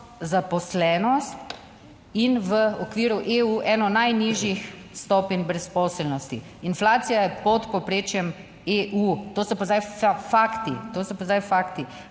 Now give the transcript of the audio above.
zaposlenost in v okviru EU eno najnižjih stopenj brezposelnosti. Inflacija je pod povprečjem EU, to so pa zdaj fakti,